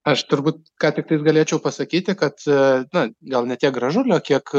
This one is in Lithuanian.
aš turbūt ką tiktai galėčiau pasakyti kad na gal ne tiek gražulio kiek